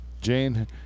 Jane